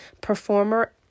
performer